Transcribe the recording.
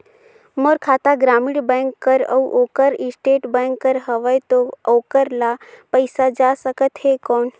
मोर खाता ग्रामीण बैंक कर अउ ओकर स्टेट बैंक कर हावेय तो ओकर ला पइसा जा सकत हे कौन?